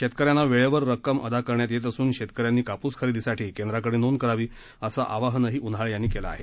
शेतकऱ्यांना वेळेवर रक्कम अदा करण्यात येत असून शेतकऱ्यांनी काप्स खरेदीसाठी केंद्राकडे नोंद करावी असं आवाहनही उन्हाळे यांनी केलं आहे